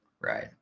Right